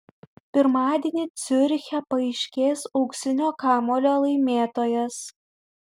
pirmadienį ciuriche paaiškės auksinio kamuolio laimėtojas